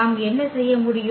நாம் என்ன செய்ய முடியும்